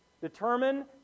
Determine